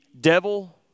devil